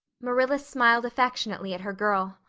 marilla smiled affectionately at her girl.